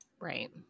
Right